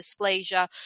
dysplasia